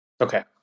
Okay